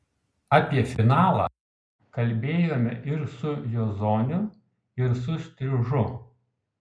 apie finalą kalbėjome ir su jozoniu ir su striužu